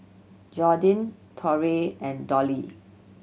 Jordyn Torrey and Dollie